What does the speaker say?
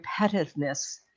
repetitiveness